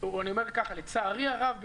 לצערי הרב,